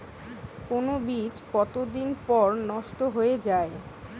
কোন বীজ কতদিন পর নষ্ট হয়ে য়ায়?